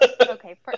okay